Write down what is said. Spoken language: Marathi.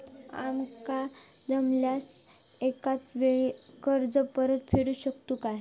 आमका जमल्यास एकाच वेळी कर्ज परत फेडू शकतू काय?